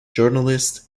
journalist